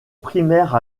primaire